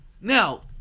Now